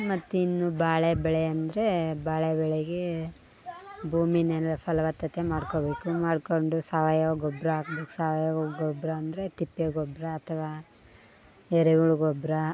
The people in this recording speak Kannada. ಮತ್ತು ಇನ್ನು ಬಾಳೆ ಬೆಳೆ ಅಂದರೆ ಬಾಳೆ ಬೆಳೆಗೆ ಭೂಮಿನೆಲ್ಲ ಫಲವತ್ತತೆ ಮಾಡ್ಕೋಬೇಕು ಮಾಡಿಕೊಂಡು ಸಾವಯವ ಗೊಬ್ಬರ ಹಾಕ್ಬೇಕು ಸಾವಯವ ಗೊಬ್ಬರ ಅಂದರೆ ತಿಪ್ಪೆ ಗೊಬ್ಬರ ಅಥವಾ ಎರೆ ಹುಳು ಗೊಬ್ಬರ